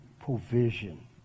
provision